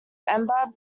amber